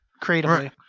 creatively